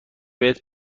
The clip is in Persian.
بهت